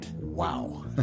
Wow